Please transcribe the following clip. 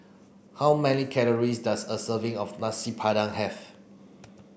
how many calories does a serving of Nasi Padang Have